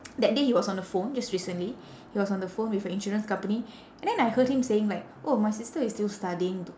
that day he was on the phone just recently he was on the phone with a insurance company and then I heard him saying like oh my sister is still studying though